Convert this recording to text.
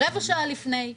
רבע שעה לפני,